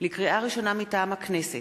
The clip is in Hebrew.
לקריאה ראשונה, מטעם הכנסת: